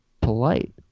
polite